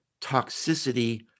toxicity